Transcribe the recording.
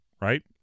right